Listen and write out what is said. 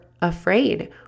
afraid